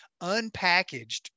unpackaged